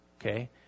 Okay